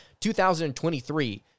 2023